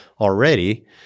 already